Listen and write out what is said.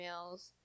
emails